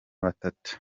batatu